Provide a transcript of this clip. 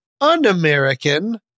un-american